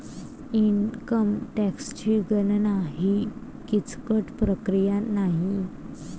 income टॅक्सची गणना ही किचकट प्रक्रिया नाही